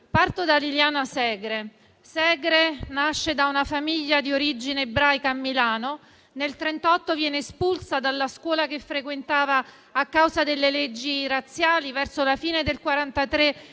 Parto da Liliana Segre, che nasce da una famiglia di origine ebraica a Milano. Nel 1938 viene espulsa dalla scuola che frequentava a causa delle leggi razziali e verso la fine del 1943